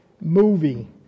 movie